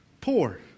poor